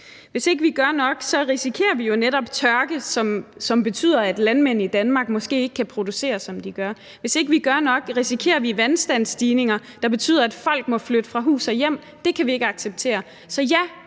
Hvis ikke vi gør nok, risikerer vi jo netop tørke, som betyder, at landmænd i Danmark måske ikke kan producere, som de gør. Hvis ikke vi gør nok, risikerer vi vandstandsstigninger, der betyder, at folk må flytte fra hus og hjem. Det kan vi ikke acceptere. Så ja,